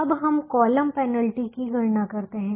अब हम column penalty की गणना करते हैं